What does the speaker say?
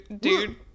dude